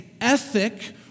ethic